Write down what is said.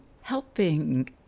helping